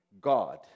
God